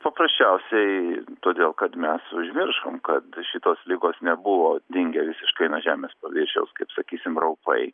paprasčiausiai todėl kad mes užmiršom kad šitos ligos nebuvo dingę visiškai nuo žemės paviršiaus kaip sakysim raupai